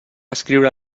escriure